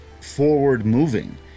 forward-moving